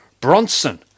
Bronson